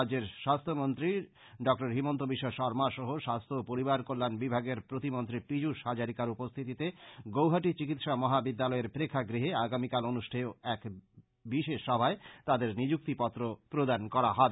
রাজ্যের স্বাস্থ্যমন্ত্রী ডহিমন্ত বিশ্ব শর্মা সহ স্বাস্থ্য ও পরিবার কল্যাণ বিভাগের প্রতিমন্ত্রী পীযুষ হাজারিকার উপস্থিতিতে গৌহাটী চিকিৎসা মহাবিদ্যালয়ের প্রেক্ষাগ্যহে আগামীকাল অনুষ্ঠেয় এক বিশেষ সভায় তাঁদের নিযুক্তিপত্র প্রদান করা হবে